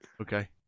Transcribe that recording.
okay